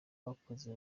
abakozi